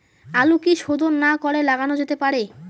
আলু কি শোধন না করে লাগানো যেতে পারে?